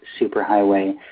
Superhighway